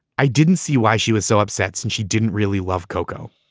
i didn't see why she was so upset and she didn't really love coco.